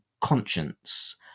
conscience